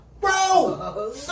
Bro